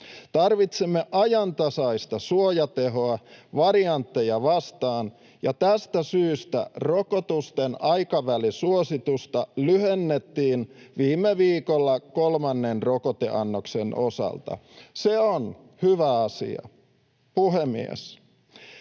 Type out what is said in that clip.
Tarvitsemme ajantasaista suojatehoa variantteja vastaan, ja tästä syystä rokotusten aikavälisuositusta lyhennettiin viime viikolla kolmannen rokoteannoksen osalta. Se on hyvä asia. Puhemies!